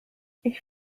ich